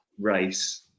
race